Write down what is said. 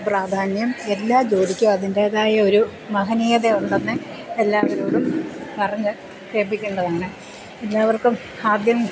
പ്രാധാന്യം എല്ലാ ജോലിക്കും അതിൻ്റേതായ ഒരു മഹനീയത ഉണ്ടെന്ന് എല്ലാവരോടും പറഞ്ഞു കേൾപ്പിക്കേണ്ടതാണ് എല്ലാവർക്കും ആദ്യം